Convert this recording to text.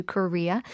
Korea